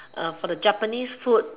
for the japanese food